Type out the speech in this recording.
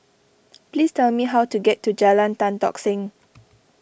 please tell me how to get to Jalan Tan Tock Seng